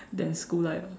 than school life ah